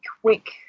quick